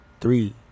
three